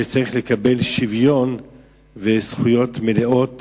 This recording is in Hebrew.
שצריכים לקבל שוויון וזכויות מלאות